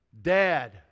Dad